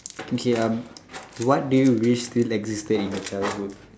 okay uh what do you wish still existed in your childhood